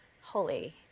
holy